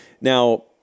Now